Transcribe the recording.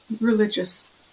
religious